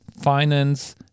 finance